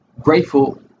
grateful